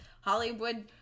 Hollywood